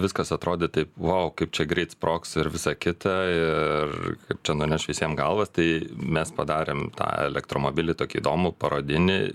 viskas atrodė taip vau kaip čia greit sprogs ir visa kita ir kaip čia nuneš visiem galvas tai mes padarėm tą elektromobilį tokį įdomų parodinį